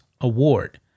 Award